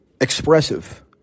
expressive